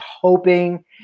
hoping